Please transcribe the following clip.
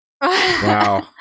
Wow